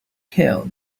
kill